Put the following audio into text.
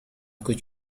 could